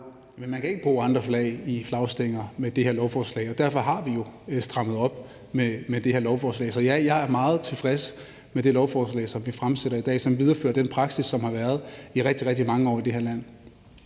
ikke bruge andre flag i flagstænger, og derfor har vi jo strammet op med det her lovforslag. Så ja, jeg er meget tilfreds med det lovforslag, som vi behandler i dag, og som viderefører den praksis, som har været i rigtig, rigtig mange år i det her land.